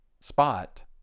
spot